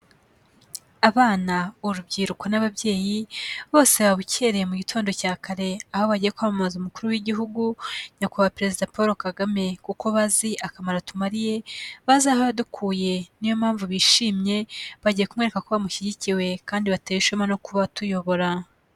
Abana, urubyiruko, n'ababyeyi bose yababukereye mu gitondo cya kare aho bagiye kwamamaza umukuru w'Igihugu Nyakubahwa Perezida Paul Kagame, kuko bazi akamaro atumariye, bazi aho yadukuye, niyo mpamvu bishimye, bagiye kumwereka ko bamushyigikiye kandi batewe ishema no kuba atuyobora.